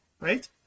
right